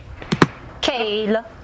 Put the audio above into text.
Kayla